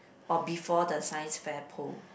or before the Science fair pole